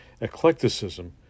eclecticism